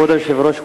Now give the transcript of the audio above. כבוד היושב-ראש,